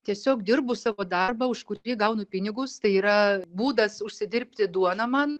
tiesiog dirbu savo darbą už kurį gaunu pinigus tai yra būdas užsidirbti duoną man